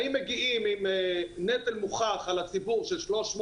האם מגיעים עם נטל מוכח על הציבור של 300,